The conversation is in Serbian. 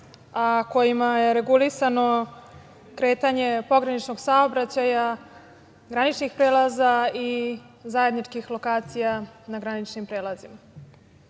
a kojima je regulisano kretanje pograničnog saobraćaja, graničnih prelaza i zajedničkih lokacija na graničnim prelazima.